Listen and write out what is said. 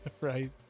Right